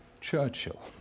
Churchill